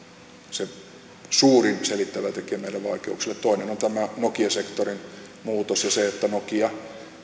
se suurin selittävä tekijä meidän vaikeuksillemme toinen on tämä nokia sektorin muutos ja se että nokia